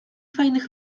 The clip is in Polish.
fajnych